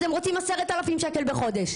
אז הם רוצים 10,000 שקל בחודש.